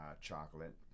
Chocolate